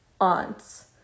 aunts